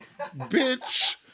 bitch